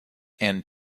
and